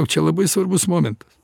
čia labai svarbus momentas